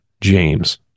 James